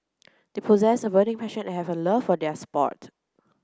they possess a burning passion and have a love for their sport